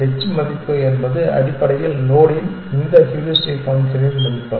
h மதிப்பு என்பது அடிப்படையில் நோடின் இந்த ஹூரிஸ்டிக் ஃபங்க்ஷனின் மதிப்பு